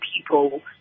people